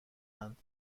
اند